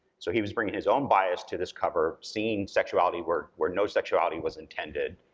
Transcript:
so he was bringing his own bias to this cover, seeing sexuality where where no sexuality was intended,